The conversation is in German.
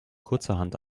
kurzerhand